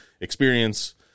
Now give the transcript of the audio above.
experience